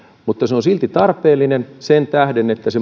mutta se on silti tarpeellinen sen tähden että se